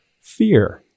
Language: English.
fear